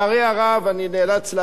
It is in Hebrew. אני נאלץ להגיד לכם,